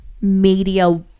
media